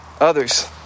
others